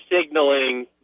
signaling